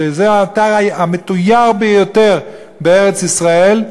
שזה האתר המתויר ביותר בארץ-ישראל,